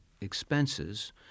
expenses